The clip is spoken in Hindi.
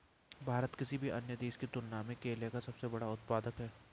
भारत किसी भी अन्य देश की तुलना में केले का सबसे बड़ा उत्पादक है